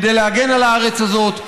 כדי להגן על הארץ הזאת,